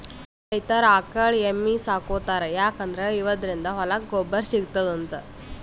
ರೈತರ್ ಆಕಳ್ ಎಮ್ಮಿ ಸಾಕೋತಾರ್ ಯಾಕಂದ್ರ ಇವದ್ರಿನ್ದ ಹೊಲಕ್ಕ್ ಗೊಬ್ಬರ್ ಸಿಗ್ತದಂತ್